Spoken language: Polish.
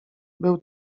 był